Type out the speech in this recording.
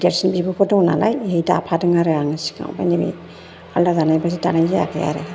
देरसिन बिब'फोर दं नालाय दाफादों आरो सिगाङाव आमफ्राय नैबे आलदा जानायनिफ्रायसो दानाय जायाखै आरो